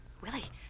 Willie